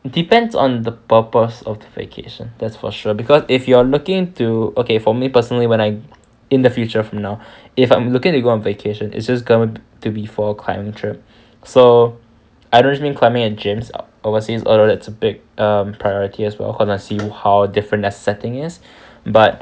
depends on the purpose of the vacation that's for sure because if you're looking to okay for me personally when I in the future from now if I'm looking to go on vacation is just going to be for a climb trip so I don't mean climbing in gyms overseas although that's a big um priority as well cause I want to see how different their setting is but